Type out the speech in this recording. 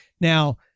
now